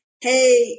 hey